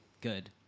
good